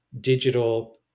digital